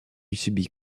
subit